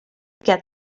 get